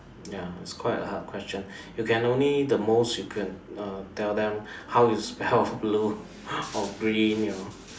ya it's quite a hard question you can only the most you could uh tell them how to spell blue or green you know